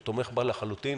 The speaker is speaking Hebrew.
הוא תומך בה לחלוטין,